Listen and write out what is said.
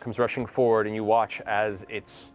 comes rushing forward, and you watch as its